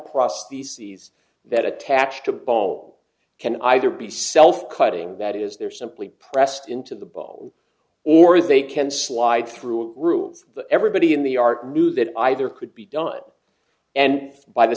prostheses that attach to ball can either be self cutting that is there simply pressed into the ball or they can slide through rules that everybody in the art knew that either could be done and by the